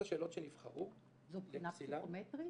זו בחינה פסיכומטרית?